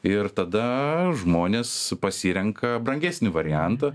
ir tada žmonės pasirenka brangesnį variantą